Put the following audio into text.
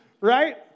Right